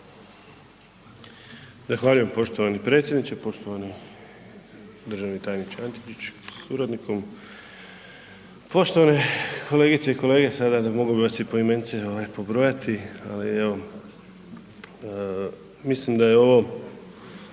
Zahvaljujem poštovani predsjedniče, poštovani državni tajniče Antičić sa suradnikom, poštovane kolegice i kolege, sada da mogu bi vas i poimenice pobrojati, ali evo mislim da je ovo